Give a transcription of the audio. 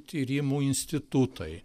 tyrimų institutai